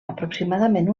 aproximadament